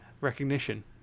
recognition